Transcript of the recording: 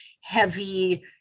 heavy